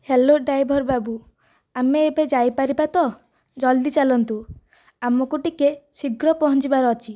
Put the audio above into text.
hello driver ବାବୁ ଆମେ ଏବେ ଯାଇପାରିବା ତ ଜଲ୍ଦି ଚାଲନ୍ତୁ ଆମକୁ ଟିକିଏ ଶୀଘ୍ର ପହଞ୍ଚିବାର ଅଛି